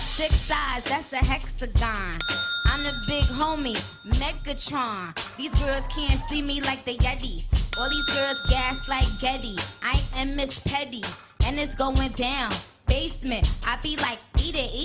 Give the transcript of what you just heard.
six sides, that's the hexagon i'm the big homie, megatron these girls can't see me like the yeti all these girls gas like getty i am miss petty and it's going down basement i be like eat it,